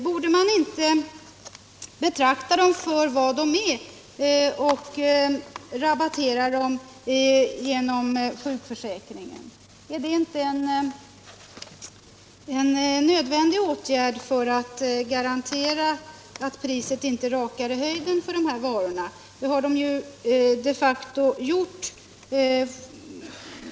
Borde man inte betrakta dem som vad de är och rabattera dem genom sjukförsäkringen? Är det inte en nödvändig åtgärd för att garantera att priset på de här varorna inte rusar i höjden? Det har de facto skett.